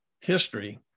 history